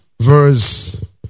Verse